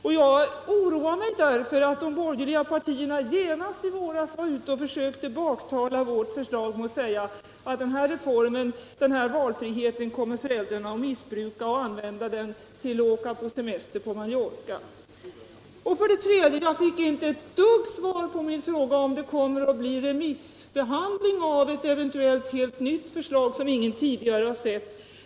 Att jag oroar mig beror bl.a. på att de borgerliga partierna i våras genast försökte baktala vårt förslag genom att säga att föräldrarna kommer att missbruka denna valfrihet och använda den för att resa på semester till Mallorca. För det tredje frågade jag — och på den frågan fick jag inte alls något svar — om det kommer att bli någon remissbehandling av ett helt nytt förslag, som ingen tidigare har sett.